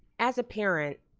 as a parent,